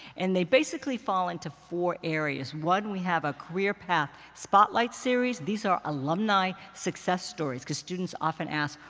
and they basically fall into four areas. one, we have a career path spotlight series. these are alumni success stories, because students often ask,